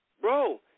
Bro